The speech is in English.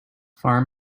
farm